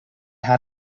how